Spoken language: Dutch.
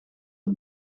het